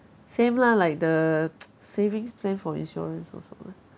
same lah like the savings plan from insurance also